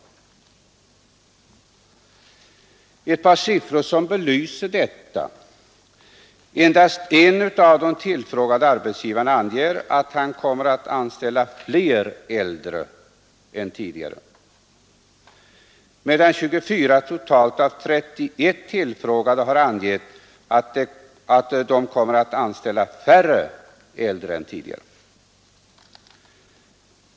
Jag kan nämn&ett par siffror som belyser detta: Endast en av de tillfrågade arbetsgivarna anger att han kommer att anställa fler äldre än tidigare, medan totalt 24 av 31 tillfrågade har angivit att de kommer att anställa färre äldre än tidigare.